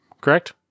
correct